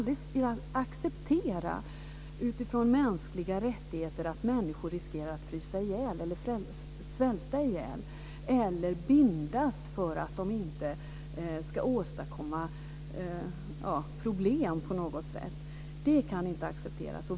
Vi kan aldrig utifrån de mänskliga rättigheterna acceptera att människor riskerar att frysa ihjäl, svälta ihjäl eller bindas för att de inte ska åstadkomma problem på något sätt. Det kan inte accepteras.